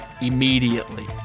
immediately